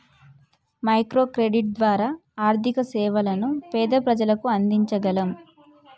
micro credit ద్వారా ఆర్థిక సేవలను పేద ప్రజలకు అందించగలం